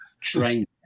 train